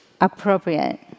appropriate